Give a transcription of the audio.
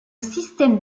système